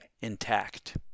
intact